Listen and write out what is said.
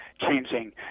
changing